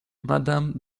madame